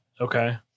okay